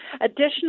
additional